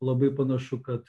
labai panašu kad